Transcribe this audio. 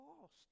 lost